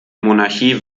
monarchie